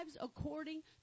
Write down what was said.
according